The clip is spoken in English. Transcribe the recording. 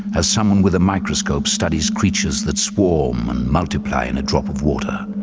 as someone with a microscope studies creatures that swarm and multiply in a drop of water.